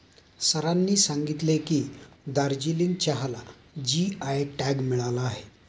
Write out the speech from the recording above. सरांनी सांगितले की, दार्जिलिंग चहाला जी.आय टॅग मिळाला आहे